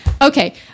Okay